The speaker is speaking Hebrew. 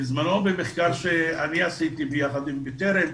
בזמנו, במחקר שאני עשיתי ביחד עם "בטרם"